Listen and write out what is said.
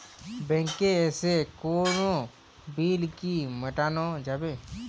ব্যাংকে এসে কোনো বিল কি মেটানো যাবে?